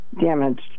damaged